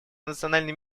национальный